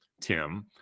Tim